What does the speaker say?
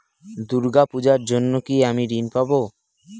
দূর্গা পূজার জন্য কি আমি ঋণ পাবো?